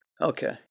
Okay